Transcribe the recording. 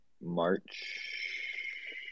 March